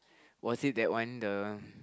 was it that one the